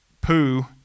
poo